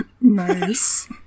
Nice